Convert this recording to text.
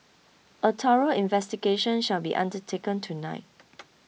a thorough investigation shall be undertaken tonight